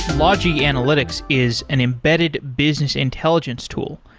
logi analytics is an embedded business intelligence tool.